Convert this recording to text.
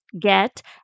get